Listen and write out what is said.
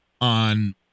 on